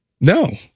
No